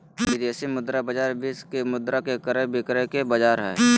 विदेशी मुद्रा बाजार विश्व के मुद्रा के क्रय विक्रय के बाजार हय